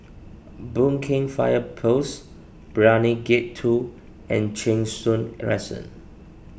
Boon Keng Fire Post Brani Gate two and Cheng Soon Crescent